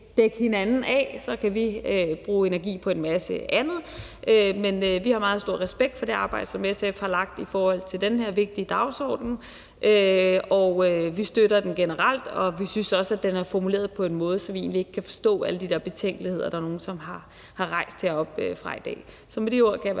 dække hinanden af. Så kan vi bruge energi på en masse andet. Men vi har meget stor respekt for det arbejde, som SF har lagt i forhold til den her vigtige dagsorden. Vi støtter den generelt, og vi synes også, at den er formuleret på en måde, så vi egentlig ikke kan forstå alle de der betænkeligheder, som der er nogen der har rejst heroppefra i dag. Så med de ord kan jeg